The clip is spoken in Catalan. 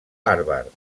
harvard